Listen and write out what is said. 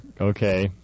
Okay